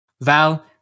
Val